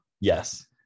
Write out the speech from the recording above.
Yes